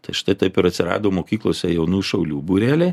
tai štai taip ir atsirado mokyklose jaunųjų šaulių būreliai